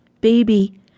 Baby